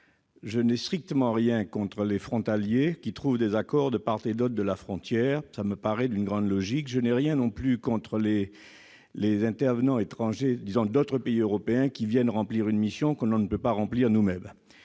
Je n'ai strictement rien contre les frontaliers qui trouvent des accords de part et d'autre de la frontière : cela me paraît parfaitement logique. Je n'ai rien non plus contre les travailleurs d'autres pays européens qui viennent remplir une mission que l'on ne peut pas remplir nous-mêmes.